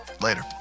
Later